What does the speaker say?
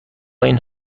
این